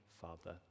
Father